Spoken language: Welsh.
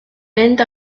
mynd